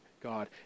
God